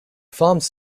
farms